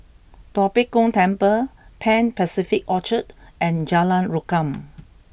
Tua Pek Kong Temple Pan Pacific Orchard and Jalan Rukam